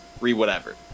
re-whatever